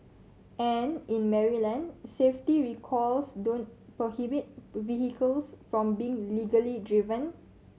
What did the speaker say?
and in Maryland safety recalls don't prohibit vehicles from being legally driven